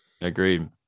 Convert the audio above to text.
Agreed